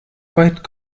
weit